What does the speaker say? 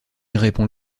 répond